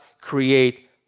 create